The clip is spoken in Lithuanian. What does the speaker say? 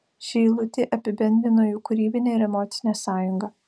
ši eilutė apibendrino jų kūrybinę ir emocinę sąjungą